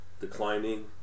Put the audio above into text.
declining